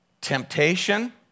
temptation